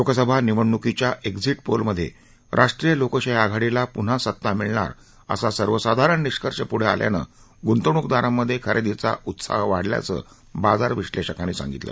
लोकसभा निवडणुकीच्या exit poll मधे राष्ट्रीय लोकशाही आघाडीला प्न्हा सता मिळणार असा सर्वसाधारण निष्कर्ष प्ढं आल्यानं गुंतवणुकदारांमधे खरेदीचा उत्साह वाढल्याचं बाजार विश्लेषकांनी सांगितलं